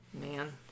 Man